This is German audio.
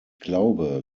glaube